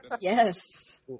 Yes